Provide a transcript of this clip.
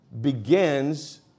begins